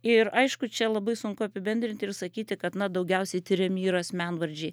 ir aišku čia labai sunku apibendrinti ir sakyti kad na daugiausiai tiriami yra asmenvardžiai